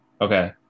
Okay